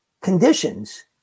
conditions